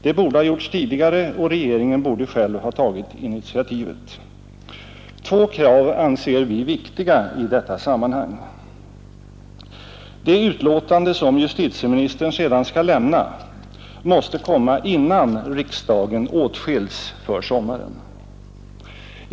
Det borde ha gjorts tidigare, och regeringen borde själv ha tagit initiativet. Två krav anser vi viktiga i detta sammanhang: Det utlåtande som justitieministern sedan skall lämna måste komma innan riksdagen åtskiljs för sommaren.